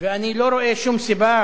ואני לא רואה שום סיבה